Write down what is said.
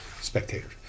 spectators